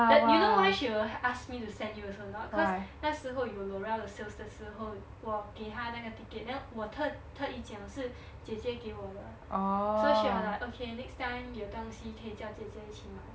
you know why she will ask me to send you also or not cause 那时候有 l'oreal 的 sales 的时候我给她那个 ticket then 我特特意讲是姐姐给我的 so she will like okay next time 有东西可以叫姐姐一起买